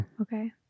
okay